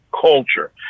culture